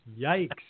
Yikes